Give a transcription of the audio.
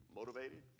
motivated